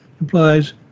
implies